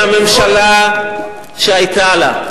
הצילו את מדינת ישראל מהממשלה שהיתה לה והממשלה